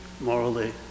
morally